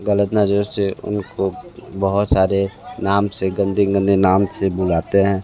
ग़लत नज़रों से उनको बहुत सारे नाम से गंदे गंदे नाम से बुलाते हैं